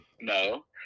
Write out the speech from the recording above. No